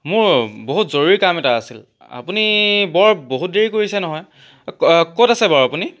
মোৰ বহুত জৰুৰী কাম এটা আছিল আপুনি বৰ বহুত দেৰি কৰিছে নহয় ক'ত আছে বাৰু আপুনি